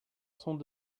sont